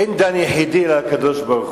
אין דן יחידי, רק הקדוש-ברוך-הוא,